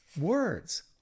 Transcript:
words